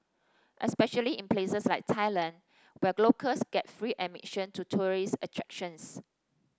especially in places like Thailand where locals get free admission to tourist attractions